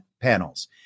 panels